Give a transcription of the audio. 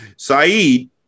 Saeed